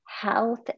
health